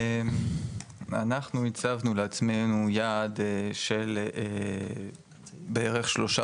אנחנו הצבנו לעצמנו יעד של בערך שלושה